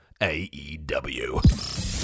AEW